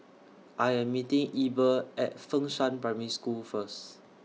I Am meeting Eber At Fengshan Primary School First